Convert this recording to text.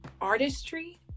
artistry